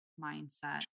mindset